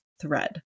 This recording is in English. thread